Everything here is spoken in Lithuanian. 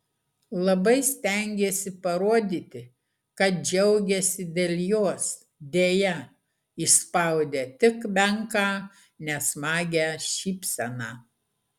labai stengėsi parodyti kad džiaugiasi dėl jos deja išspaudė tik menką nesmagią šypseną